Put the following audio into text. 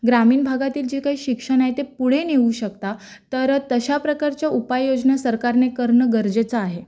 ग्रामीण भागातील जे काही शिक्षण आहे ते पुढे नेऊ शकता तर तशा प्रकारच्या उपाययोजना सरकारने करणं गरजेचं आहे